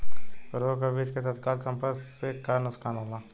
उर्वरक व बीज के तत्काल संपर्क से का नुकसान होला?